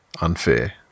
unfair